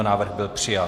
Návrh byl přijat.